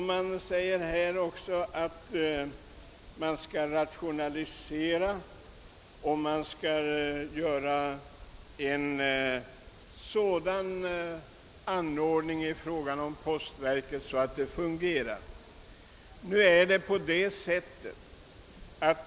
Vidare sägs att man skall rationalisera och vidtaga sådana åtgärder att postverkets service fungerar på ett tillfredsställande sätt.